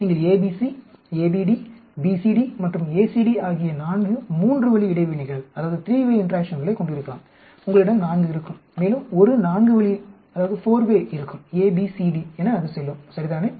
நீங்கள் ABC ABD BCD மற்றும் ACD ஆகிய 4 மூன்று வழி இடைவினைகளைக் கொண்டிருக்கலாம் உங்களிடம் 4 இருக்கும் மேலும் 1 நான்கு வழி இருக்கும் A B C D என அது செல்லும் சரிதானே